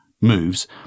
moves